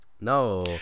No